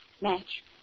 Match